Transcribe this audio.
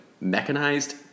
mechanized